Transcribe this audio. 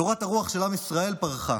תורת הרוח של עם ישראל פרחה,